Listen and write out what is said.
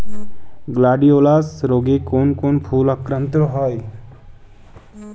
Gladiolus রোগে কোন কোন ফুল আক্রান্ত হয়?